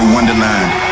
Wonderland